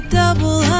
double